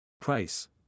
Price